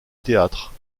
théâtre